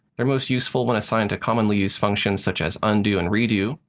they're most useful when assigned to commonly used functions such as undo and redo,